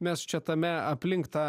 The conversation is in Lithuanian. mes čia tame aplink tą